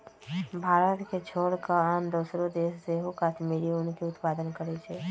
भारत के छोर कऽ आन दोसरो देश सेहो कश्मीरी ऊन के उत्पादन करइ छै